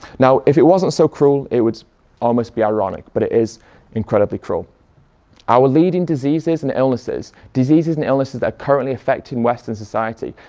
now if it wasn't so cruel it would almost be ironic but it is incredibly cruel our leading diseases and illnesses, diseases and illnesses that are currently affecting western society,